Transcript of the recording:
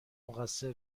مقصر